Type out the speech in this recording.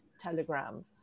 telegram